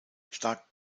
stark